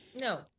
No